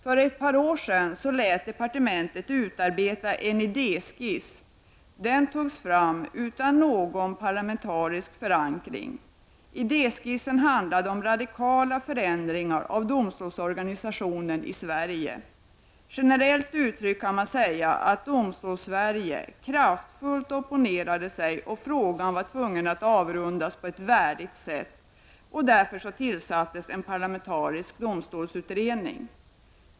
För ett par år sedan lät departementet utarbeta en idéskiss. Den togs fram utan någon parlamentarisk förankring. Idéskissen handlade om radikala förändringar av domstolsorganisationen i Sverige. Generellt uttryckt kan man säga att Domstolssverige kraftfullt opponerade sig och att man tvingades avrunda frågan på ett värdigt sätt. Därför tillsattes en parlamentarisk domstolsutredning.